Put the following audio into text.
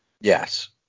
Yes